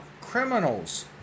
criminals